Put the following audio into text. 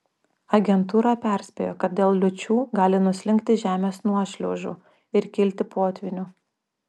agentūra perspėjo kad dėl liūčių gali nuslinkti žemės nuošliaužų ir kilti potvynių